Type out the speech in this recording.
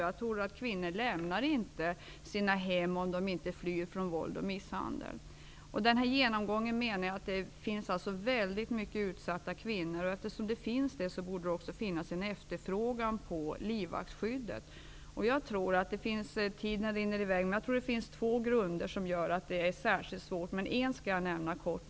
Jag tror att kvinnor inte lämnar sina hem om det inte är för att fly från våld och misshandel. Denna genomgång visar att det finns väldigt många utsatta kvinnor. Eftersom dessa finns, borde det också finnas en efterfrågan på livvaktsskydd. Jag tror att det finns två orsaker till att denna efterfrågan inte finns, och jag skall nämna en.